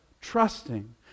trusting